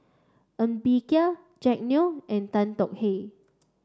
Ng Bee Kia Jack Neo and Tan Tong Hye